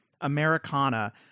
Americana